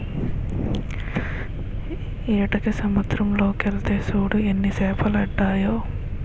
ఏటకి సముద్దరం లోకెల్తే సూడు ఎన్ని పెద్ద సేపలడ్డాయో